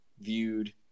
viewed